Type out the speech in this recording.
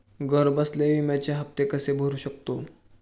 घरबसल्या विम्याचे हफ्ते कसे भरू शकतो?